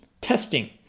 testing